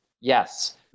Yes